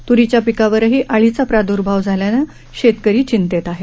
तुरीच्या पिकांवरही अळीचा प्राद्र्भाव झाल्यानं शेतकरी चिंतेत आहेत